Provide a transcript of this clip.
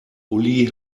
uli